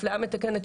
אפליה מתקנת,